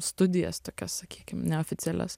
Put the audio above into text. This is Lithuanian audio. studijas tokias sakykim neoficialias